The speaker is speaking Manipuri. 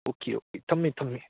ꯑꯣꯀꯦ ꯑꯣꯀꯦ ꯊꯝꯃꯦ ꯊꯝꯃꯦ